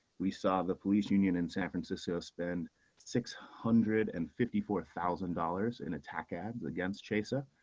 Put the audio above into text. we saw the police union in san francisco. spend six hundred and fifty four thousand dollars and attack ads against chaser.